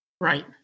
Right